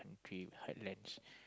country heartlands